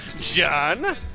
John